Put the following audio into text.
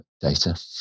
data